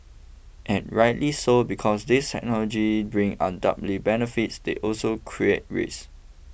and rightly so because these technology bring undoubted benefits they also create risk